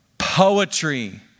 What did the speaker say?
Poetry